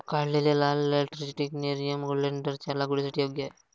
काढलेले लाल lateritic nerium ओलेन्डरच्या लागवडीसाठी योग्य आहे